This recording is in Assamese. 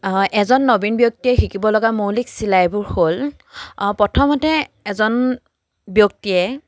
এজন নবীন ব্যক্তিয়ে শিকিব লগা মৌলিক চিলাইবোৰ হ'ল প্ৰথমতে এজন ব্যক্তিয়ে